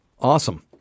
Awesome